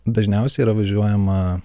dažniausiai yra važiuojama